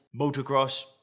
motocross